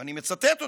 ואני מצטט אותו,